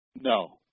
No